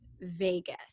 Vegas